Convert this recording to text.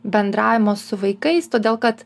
bendravimo su vaikais todėl kad